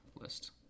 list